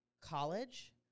college